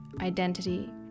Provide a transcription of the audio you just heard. identity